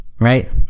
right